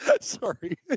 Sorry